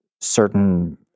certain